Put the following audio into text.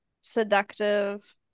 seductive